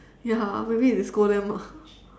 ya maybe they scold them lah